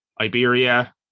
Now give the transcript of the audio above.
Iberia